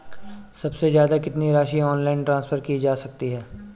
सबसे ज़्यादा कितनी राशि ऑनलाइन ट्रांसफर की जा सकती है?